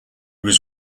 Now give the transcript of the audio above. was